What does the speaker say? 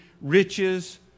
riches